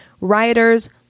rioters